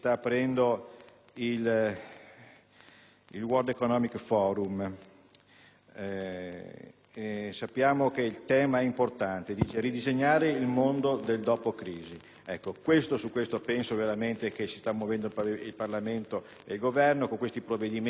il World Economic Forum, il cui tema è importante: ridisegnare il mondo del dopo-crisi. Su questo penso che veramente si stanno muovendo Parlamento e Governo. Con questi provvedimenti abbiamo affrontato